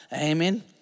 Amen